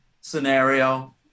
scenario